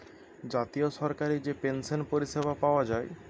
জাতীয় সরকারি যে পেনসন পরিষেবা পায়া যায়